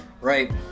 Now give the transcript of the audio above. right